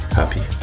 happy